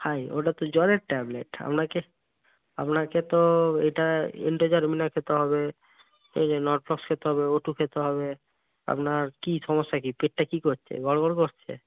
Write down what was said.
হায় ওটা তো জ্বরের ট্যাবলেট আপনাকে আপনাকে তো এটা এন্টোজারমিনা খেতে হবে এই যে নরফ্লক্স খেতে হবে ওটু খেতে হবে আপনার কি সমস্যা কি পেটটা কি করছে গড়বড় করছে